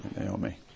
Naomi